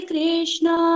Krishna